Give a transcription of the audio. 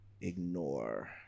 ignore